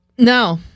No